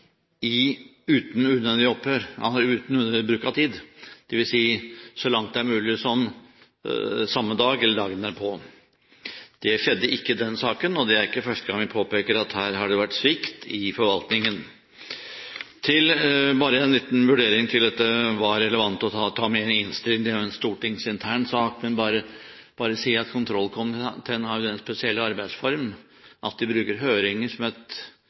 uten unødig opphør, altså uten bruk av unødvendig tid, det vil si så langt det er mulig samme dag eller dagen derpå. Det skjedde ikke i denne saken, og det er ikke første gang vi påpeker at her har det vært svikt i forvaltningen. Bare en liten vurdering til hva som er relevant å ta med i en innstilling – det er jo en stortingsintern sak – men jeg vil bare si at kontrollkomiteen har en spesiell arbeidsform; at vi bruker høringer som